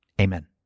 Amen